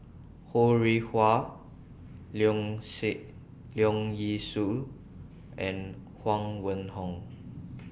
Ho Rih Hwa Leong See Leong Yee Soo and Huang Wenhong